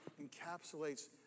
encapsulates